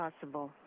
possible